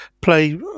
play